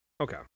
okay